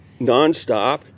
nonstop